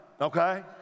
Okay